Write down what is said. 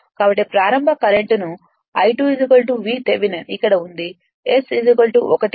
కాబట్టి ప్రారంభ కరెంట్ను I2 V థెవెనిన్ ఇక్కడ ఉంటుంది S 1 ఇక్కడ ఉంచండి S 1